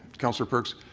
councillor perks,